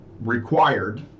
required